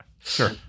Sure